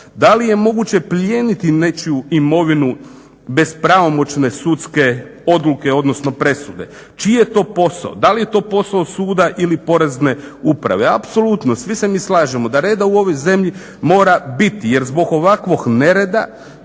Da li je moguće plijeniti nečiju imovinu bez pravomoćne sudske odluke, odnosno presude? Čiji je to posao? Da li je to posao suda ili Porezne uprave? Apsolutno, svi se mi slažemo da reda u ovoj zemlji mora biti jer zbog ovakvog nereda